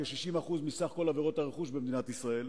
כ-60% מסך כל עבירות הרכוש במדינת ישראל,